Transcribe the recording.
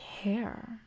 care